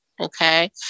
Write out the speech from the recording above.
Okay